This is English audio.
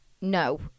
no